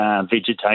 vegetation